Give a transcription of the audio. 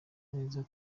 neza